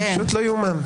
פשוט לא ייאמן.